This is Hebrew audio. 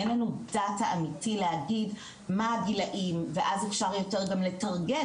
אין לנו דטה אמיתי להגיד מה הגילאים ואז אפשר יותר גם 'לטרגט',